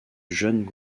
jeune